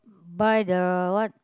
buy the what